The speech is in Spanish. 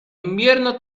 invierno